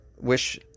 wish